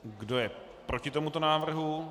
Kdo je proti tomuto návrhu?